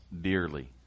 dearly